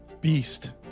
beast